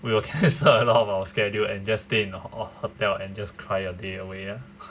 we will cancel a lot of our schedule and stay in ho~ hotel and just cry your day away ya